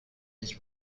his